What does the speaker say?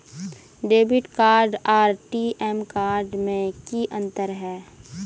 Debit card आर ATM card में की अंतर है?